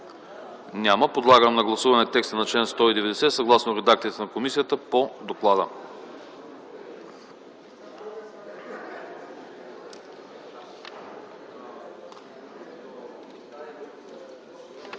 Няма. Подлагам на гласуване текста на чл. 115, съгласно редакцията на комисията по доклада.